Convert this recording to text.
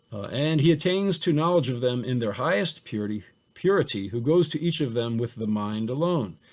and he attains to knowledge of them in their highest purity purity who goes to each of them with the mind alone.